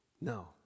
no